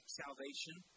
salvation